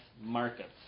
markets